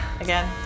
Again